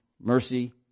mercy